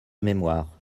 mémoire